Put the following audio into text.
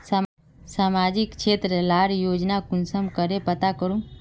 सामाजिक क्षेत्र लार योजना कुंसम करे पता करूम?